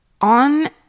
on